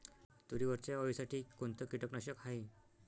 तुरीवरच्या अळीसाठी कोनतं कीटकनाशक हाये?